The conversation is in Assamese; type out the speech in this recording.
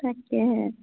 তাকেহে